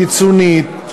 קיצונית,